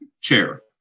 chair